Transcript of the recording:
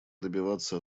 добиваться